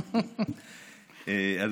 חוץ מגפני.